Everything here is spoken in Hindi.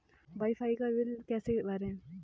वाई फाई का बिल कैसे भरें?